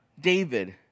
David